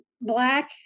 Black